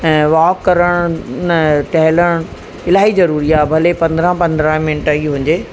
walk करणु न टहलणु इलाही ज़रूरी आहे भले पंद्रहं पंद्रहं मिंट ई हुजे